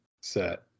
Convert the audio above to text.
set